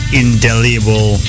indelible